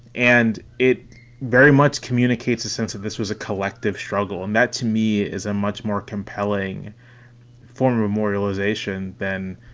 and it very much communicates a sense that this was a collective struggle. and that, to me is a much more compelling form of memorialisation than,